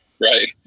right